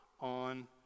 on